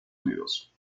unidos